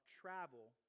travel